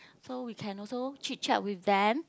so we can also chit chat with them